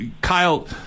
Kyle